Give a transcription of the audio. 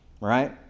Right